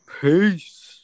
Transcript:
Peace